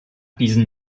diesen